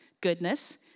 goodness